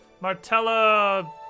Martella